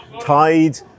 Tide